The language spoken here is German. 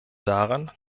daran